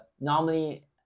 normally